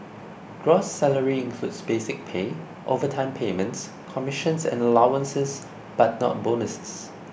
gross salary includes basic pay overtime payments commissions and allowances but not bonuses